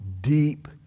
deep